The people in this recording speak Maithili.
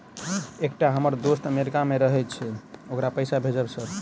एकटा हम्मर दोस्त अमेरिका मे रहैय छै ओकरा पैसा भेजब सर?